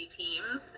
teams